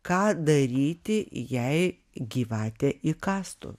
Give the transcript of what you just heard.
ką daryti jei gyvatė įkastų